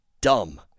dumb